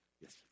Yes